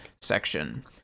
section